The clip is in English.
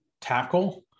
tackle